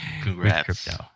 congrats